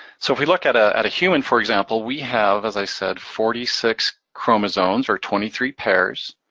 so if we look at ah at a human, for example, we have, as i said, forty six chromosomes or twenty three pairs.